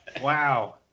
Wow